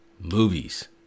movies